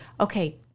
okay